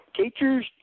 Teachers